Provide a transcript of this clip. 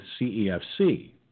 CEFC